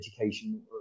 education